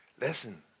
listen